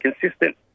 consistent